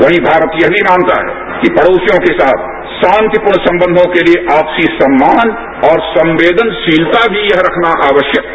वहीं भारत यह भी मानता है कि पड़ोसियों के साथ शांतिपूर्ण संबंधों के लिए आपसी सम्मान और संवेदनशीलता भी यह रखना आवश्यक है